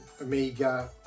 Amiga